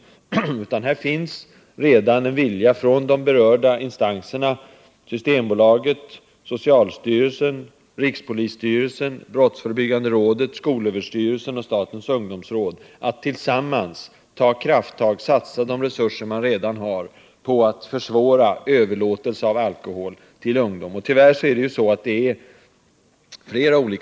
Här finns det redan en vilja inom de berörda instanserna — Systembolaget, socialstyrelsen, rikspolisstyrelsen, brottsförebyggande rådet, skolöverstyrelsen och statens ungdomsråd — att tillsammans ta krafttag och satsa de resurser som man redan har för att försvåra överlåtelse av alkohol till ungdom. Tyvärr får ungdomarna tag i alkohol på flera sätt.